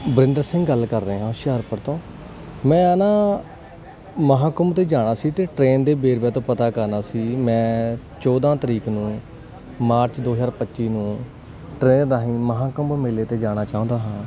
ਵਰਿੰਦਰ ਸਿੰਘ ਗੱਲ ਕਰ ਰਹੇ ਹਾਂ ਹੋਸ਼ਿਆਰਪੁਰ ਤੋਂ ਮੈਂ ਨਾ ਮਹਾਕੁੰਮ ਤੇ ਜਾਣਾ ਸੀ ਤੇ ਟ੍ਰੇਨ ਦੇ ਵੇਰਵੇ ਤੋਂ ਪਤਾ ਕਰਨਾ ਸੀ ਮੈਂ ਚੋਦਾਂ ਤਰੀਕ ਨੂੰ ਮਾਰਚ ਦੋ ਜਾਰ ਪੱਚੀ ਨੂੰ ਟਰੇਨ ਰਾਹੀਂ ਮਹਾਂ ਕੁੰਭ ਮੇਲੇ ਤੇ ਜਾਣਾ ਚਾਹੁੰਦਾ ਹਾਂ